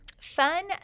Fun